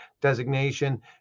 designation